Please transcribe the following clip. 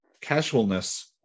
casualness